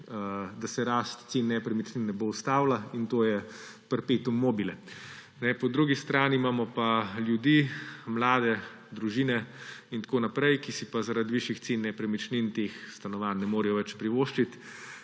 da se rast cen nepremičnin ne bo ustavila, in to je perpetuum mobile. Po drugi strani imamo pa ljudi, mlade družine in tako naprej, ki si pa zaradi višjih cen nepremičnin teh stanovanj ne morejo več privoščiti.